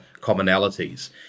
commonalities